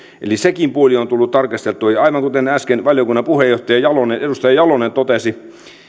eli sekin puoli on tullut tarkastettua ja aivan kuten äsken valiokunnan puheenjohtaja edustaja jalonen totesi